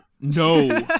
no